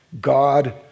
God